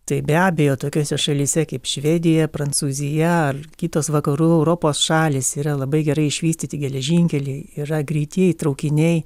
tai be abejo tokiose šalyse kaip švedija prancūzija ar kitos vakarų europos šalys yra labai gerai išvystyti geležinkeliai yra greitieji traukiniai